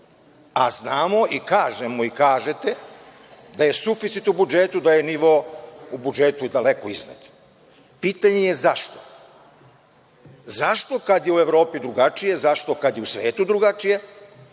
a znamo i kažemo i kažete, da je suficit u budžetu, da je nivo u budžetu daleko iznad. Pitanje je zašto? Zašto kad je u Evropi drugačije, zašto kad je u svetu drugačije